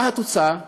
מה התוצאה?